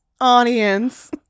Audience